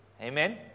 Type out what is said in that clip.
Amen